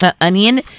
Onion